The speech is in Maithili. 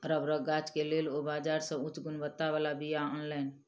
रबड़क गाछ के लेल ओ बाजार से उच्च गुणवत्ता बला बीया अनलैन